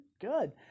Good